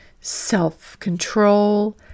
self-control